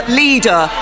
leader